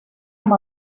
amb